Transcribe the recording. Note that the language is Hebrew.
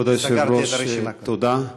כבוד היושב-ראש, תודה,